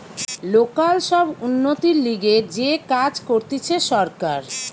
local সব উন্নতির লিগে যে কাজ করতিছে সরকার